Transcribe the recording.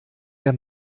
der